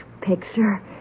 picture